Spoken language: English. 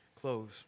close